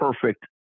perfect